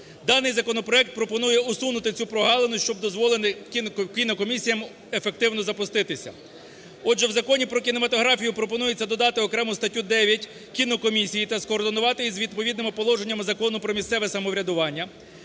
Даний законопроект пропонує усунути цю прогалину, щоб дозволити кінокомісіям ефективно запуститися. Отже, в Законі про кінематографію пропонується додати окрему статтю 9 "Кінокомісії" та скоординувати її з відповідними положеннями Закону про місцеве самоврядування.